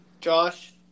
Josh